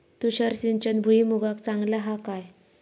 तुषार सिंचन भुईमुगाक चांगला हा काय?